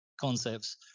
concepts